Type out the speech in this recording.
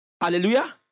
Hallelujah